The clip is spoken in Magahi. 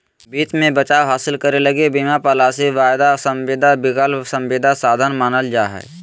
वित्त मे बचाव हासिल करे लगी बीमा पालिसी, वायदा संविदा, विकल्प संविदा साधन मानल जा हय